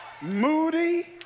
moody